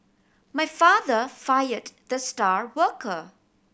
my father fired the star worker